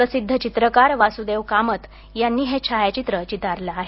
प्रसिद्ध चित्रकार वासुदेव कामत यांनी हे छायाचित्र चितारलं आहे